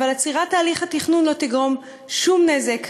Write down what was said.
עצירת הליך התכנון לא תגרום שום נזק,